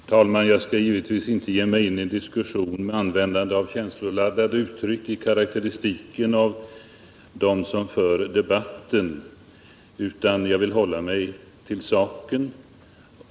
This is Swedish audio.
Herr talman! Jag skall givetvis inte ge mig in i en diskussion med användande av känsloladdade uttryck i karakteristiken av dem som för debatten, utan jag vill hålla mig till saken.